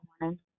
morning